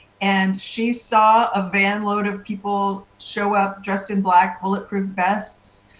and, she saw a van load of people show up, dressed in black bulletproof vests,